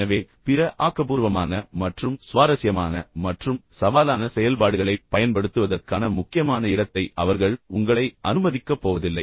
எனவே பிற ஆக்கபூர்வமான மற்றும் சுவாரஸ்யமான மற்றும் சவாலான செயல்பாடுகளைப் பயன்படுத்துவதற்கான முக்கியமான இடத்தை அவர்கள் உங்களை அனுமதிக்கப்போவதில்லை